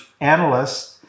analysts